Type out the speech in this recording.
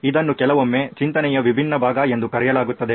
ಇದನ್ನು ಕೆಲವೊಮ್ಮೆ ಚಿಂತನೆಯ ವಿಭಿನ್ನ ಭಾಗ ಎಂದು ಕರೆಯಲಾಗುತ್ತದೆ